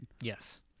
Yes